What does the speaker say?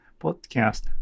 podcast